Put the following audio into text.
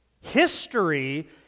History